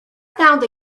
found